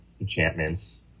enchantments